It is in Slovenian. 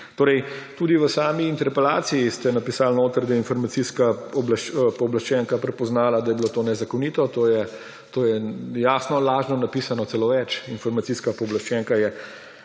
Tudi v sami interpelaciji ste napisali notri, da je informacijska pooblaščenka prepoznala, da je bilo to nezakonito. To je jasno lažno napisano, celo več, informacijska pooblaščenka je